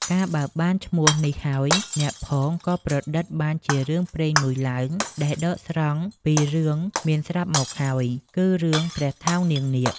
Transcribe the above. កាលបើបានឈោ្មះនេះហើយអ្នកផង ក៏ប្រឌិតបានជារឿងព្រេងមួយឡើង ដែលដកស្រង់ពីរឿងមានស្រាប់មកហើយ គឺរឿងព្រះថោងនាងនាគ។